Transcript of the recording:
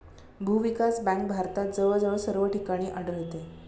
भूविकास बँक भारतात जवळजवळ सर्व ठिकाणी आढळते